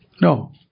No